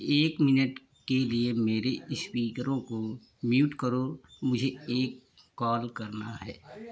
एक मिनट के लिए मेरे स्पीकरों को म्यूट करो मुझे एक कॉल करना है